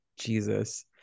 jesus